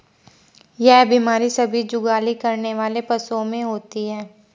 यह बीमारी सभी जुगाली करने वाले पशुओं में होती है